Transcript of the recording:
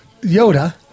Yoda